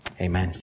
Amen